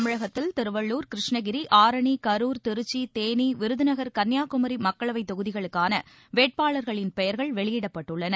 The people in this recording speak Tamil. தமிழகத்தில் திருவள்ளூர் கிருஷ்ணகிரி ஆரணி கரூர் திருச்சி தேனி விருதுநகர் கன்னியாகுமரி மக்களவைத் தொகுதிகளுக்கான வேட்பாளர்களின் பெயர்கள் வெளியிடப்பட்டுள்ளன